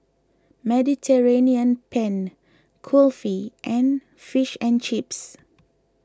Mediterranean Penne Kulfi and Fish and Chips